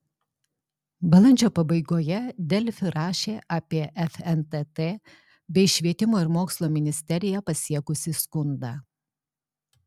balandžio pabaigoje delfi rašė apie fntt bei švietimo ir mokslo ministeriją pasiekusį skundą